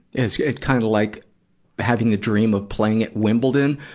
it's kind of like having a dream of playing at wimbledon,